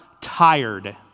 tired